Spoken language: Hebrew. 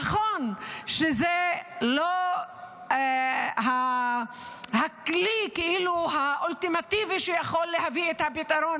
נכון שמצלמות זה לא הכלי האולטימטיבי שיכול להביא את הפתרון,